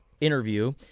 interview